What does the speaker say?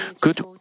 good